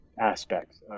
aspects